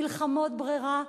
מלחמות ברירה,